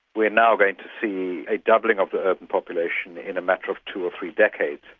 we're now going to see a doubling of the urban population in a matter of two or three decades.